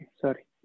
sorry